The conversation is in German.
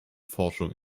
forschung